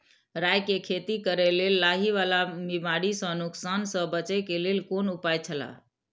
राय के खेती करे के लेल लाहि वाला बिमारी स नुकसान स बचे के लेल कोन उपाय छला?